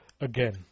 again